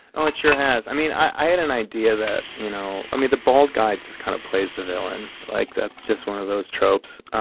oh, it sure has. i mean, i had an idea that, you know i mean, the bald guy just kind of plays the villain. like, that's just one of those tropes.